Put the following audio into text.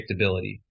predictability